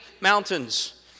mountains